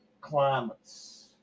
climates